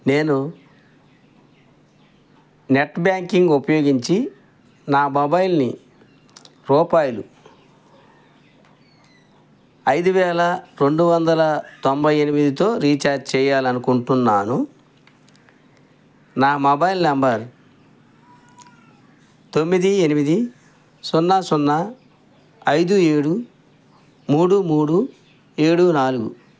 నేను net banking ఉపయోగించి నా మొబైల్ని రూపాయలు ఐదు వేల రెండు వందల తొంభై ఎనిమిదితో రీఛార్జ్ చేయాలి అనుకుంటున్నాను నా మొబైల్ నెంబర్ తొమ్మిది ఎనిమిది సున్నా సున్నా ఐదు ఏడు మూడు మూడు ఏడు నాలుగు